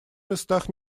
местах